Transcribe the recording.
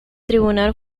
tribunal